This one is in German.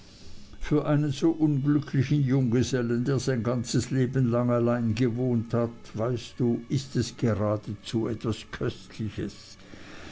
für so einen unglücklichen junggesellen der sein ganzes leben lang allein gewohnt hat weißt du ist es geradezu etwas köstliches